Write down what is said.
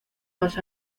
más